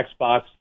Xbox